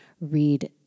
read